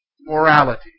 Morality